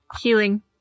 Healing